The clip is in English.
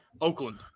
Oakland